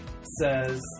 says